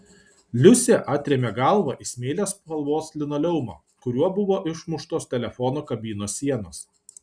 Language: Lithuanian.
liusė atrėmė galvą į smėlio spalvos linoleumą kuriuo buvo išmuštos telefono kabinos sienos